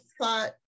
thought